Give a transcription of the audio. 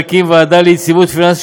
להקים ועדה ליציבות פיננסית,